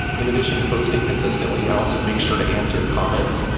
in addition to posting consistently, i also make sure to answer comments,